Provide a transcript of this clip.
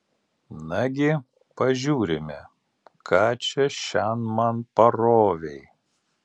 nagi pažiūrime ką čia šian man parovei